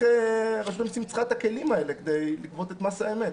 רשות המסים צריכה את הכלים האלה כדי לגבות את מס האמת.